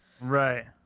Right